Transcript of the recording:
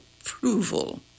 approval